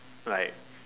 like